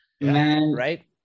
right